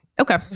okay